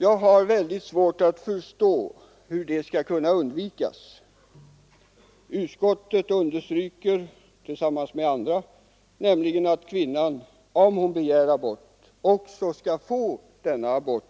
Jag har mycket svårt att förstå hur det skall kunna undvikas. Utskottet understryker tillsammans med andra nämligen att kvinnan, om hon begär abort, också skall få det